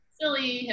silly